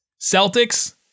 Celtics